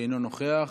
שאינו נוכח,